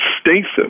stasis